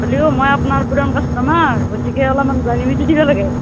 হলিও মই আপ্নাৰ পুৰান কাষ্টমাৰ গতিকে অলপমান জানি বুজি দিব লাগে